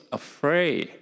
afraid